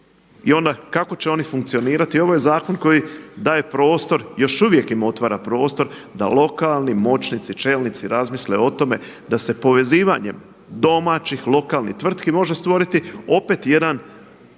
I onda kako će oni funkcionirati? I ovo je zakon koji daje prostor, još uvijek im otvara prostor da lokalni moćnici, čelnici razmisle o tome da se povezivanjem domaćih, lokalnih tvrtki može stvoriti opet jedan